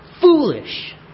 foolish